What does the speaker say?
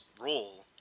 role